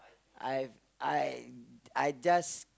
I've I I just